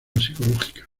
psicológica